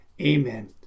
Amen